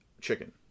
chicken